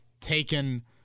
taken